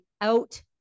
out